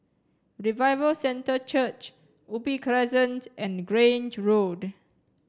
Revival Centre Church Crescent and Grange Road